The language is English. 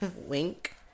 Wink